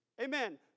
amen